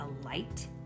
alight